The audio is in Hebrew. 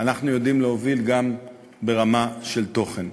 אנחנו יודעים להוביל גם ברמה של התוכן.